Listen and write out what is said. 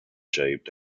shaped